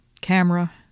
camera